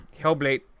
Hellblade